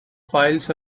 files